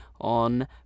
on